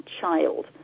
child